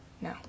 No